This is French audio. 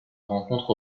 rencontre